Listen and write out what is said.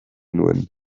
nuen